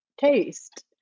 taste